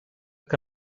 que